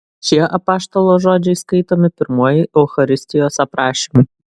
šie apaštalo žodžiai skaitomi pirmuoju eucharistijos aprašymu